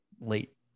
late